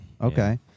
Okay